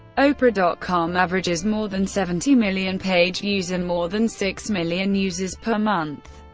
oprah dot com averages more than seventy million page views and more than six million users per month,